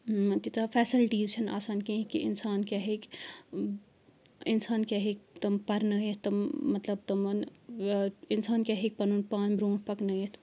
تیٖژا فیسلٹیٖز چھَنہٕ آسان کہیٖنۍ کہِ اِنسان کیاہ ہیٚکہِ اِنسان کیاہ ہیٚکہِ تِم پرنٲیِتھ تِم مطلب تِمن انسان کیاہ ہیٚکہِ پَنُن پان برٛونٹھ پَکنٲیِتھ